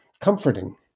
comforting